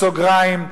בסוגריים,